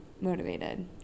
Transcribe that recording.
motivated